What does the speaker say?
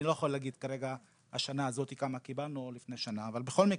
אני לא יכול להגיד כרגע כמה קיבלנו השנה הזאת ולפני שנה.